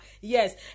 Yes